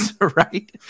right